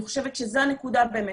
אני חושבת שזו הנקודה באמת.